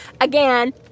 again